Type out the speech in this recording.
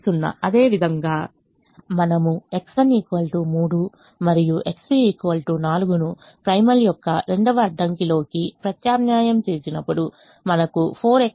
అదేవిధంగా మనము X1 3 మరియు X2 4 ను ప్రైమల్ యొక్క రెండవ అడ్డంలోకి ప్రత్యామ్నాయం చేసినప్పుడు మనకు 4X13X2 24 లభిస్తుంది